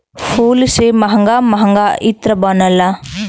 फूल से महंगा महंगा इत्र बनला